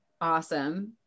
awesome